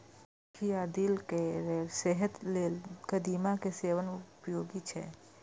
आंखि आ दिल केर सेहत लेल कदीमा के सेवन उपयोगी छै